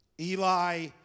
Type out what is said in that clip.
Eli